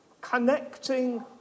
Connecting